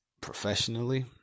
professionally